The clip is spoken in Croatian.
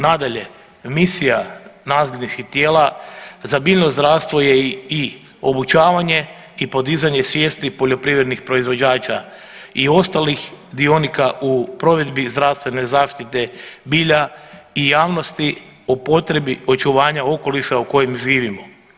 Nadalje, misija … [[Govornik se ne razumije]] tijela za biljno zdravstvo je i obučavanje i podizanje svijesti poljoprivrednih proizvođača i ostalih dionika u provedbi zdravstvene zaštite bilja i javnosti o potrebi očuvanja okoliša u kojem živimo.